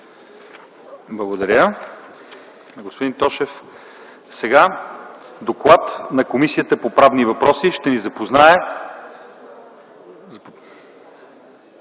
Благодаря, господин Тошев. С доклада на Комисията по правни въпроси ще ни запознае